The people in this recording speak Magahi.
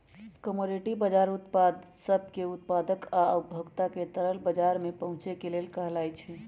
कमोडिटी बजार उत्पाद सब के उत्पादक आ उपभोक्ता के तरल बजार में पहुचे के लेल कहलाई छई